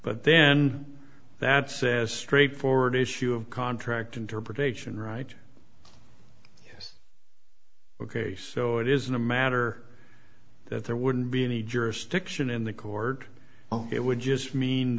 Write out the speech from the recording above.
but then that says straightforward issue of contract interpretation right ok so it isn't a matter that there wouldn't be any jurisdiction in the court well it would just mean